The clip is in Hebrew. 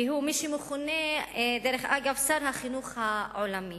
והוא מי שמכונה, אגב, שר החינוך העולמי.